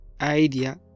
idea